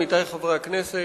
עמיתי חברי הכנסת,